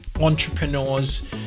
entrepreneurs